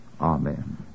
amen